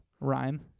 rhyme